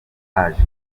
paji